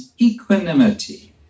equanimity